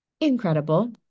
Incredible